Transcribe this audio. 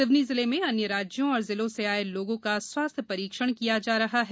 सिवनी जिले में अन्य राज्यों और जिलों से आए लोगों का स्वास्थ्य परीक्षण किया जा रहा है